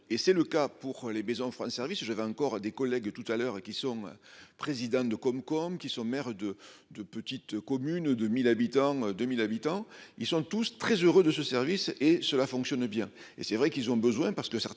et c'est le cas pour les maisons fera un service je vais encore à des collègues et tout à l'heure et qui sont présidents de comme comme qui sont maire de de petite commune de 1000 habitants, 2000 habitants, ils sont tous très heureux de ce service et cela fonctionne bien et c'est vrai qu'ils ont besoin parce que certains